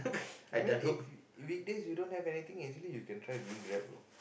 I mean if weekdays you don't have anything actually you can try doing grab bro